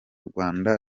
rwanda